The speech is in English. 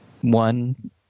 one